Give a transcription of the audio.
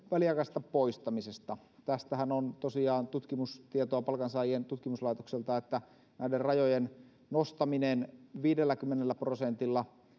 väliaikaisesta poistamisesta tästähän on tutkimustietoa palkansaajien tutkimuslaitokselta että näiden rajojen nostaminen viidelläkymmenellä prosentilla